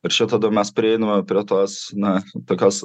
ir čia tada mes prieiname prie tos na tokios